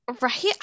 Right